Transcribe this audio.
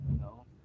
No